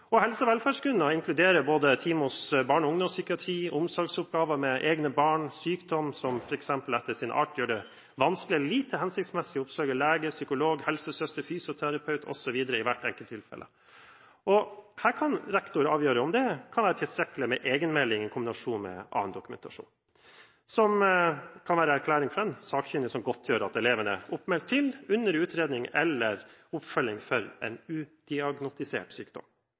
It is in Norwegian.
kultur. Helse- og velferdsgrunner inkluderer både time i barne- og ungdomspsykiatrien, omsorgsoppgaver for egne barn, sykdom som etter sin art gjør det vanskelig eller lite hensiktsmessig å oppsøke lege, psykolog, helsesøster, fysioterapeut osv. i hvert enkelt tilfelle. Her kan rektor avgjøre om det er tilstrekkelig med egenmelding i kombinasjon med annen dokumentasjon, som kan være erklæring fra en sakkyndig som godtgjør at eleven er oppmeldt i et team eller er under utredning eller oppfølging for en udiagnostisert sykdom.